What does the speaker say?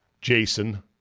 Jason